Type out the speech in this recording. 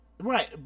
Right